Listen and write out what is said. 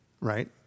right